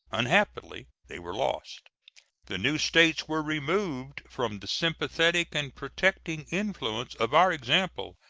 unhappily, they were lost the new states were removed from the sympathetic and protecting influence of our example,